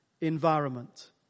environment